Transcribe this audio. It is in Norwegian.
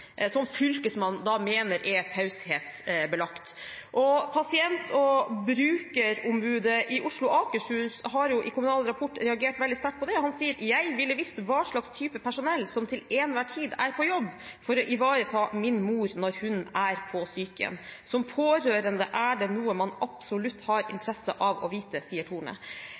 Fylkesmannen mener er taushetsbelagt. Pasient- og brukerombudet i Oslo og Akershus har jo i Kommunal Rapport reagert veldig sterkt på det, og han sier: «Jeg ville visst hva slags type personell som til enhver tid er på jobb for å ivareta min mor når hun er på sykehjem. Som pårørende er det noe man absolutt har interesse av å vite.»